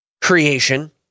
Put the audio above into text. creation